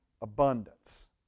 abundance